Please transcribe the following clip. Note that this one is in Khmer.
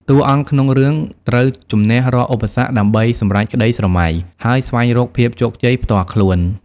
តួអង្គក្នុងរឿងត្រូវជម្នះរាល់ឧបសគ្គដើម្បីសម្រេចក្ដីស្រមៃ ហើយស្វែងរកភាពជោគជ័យផ្ទាល់ខ្លួន។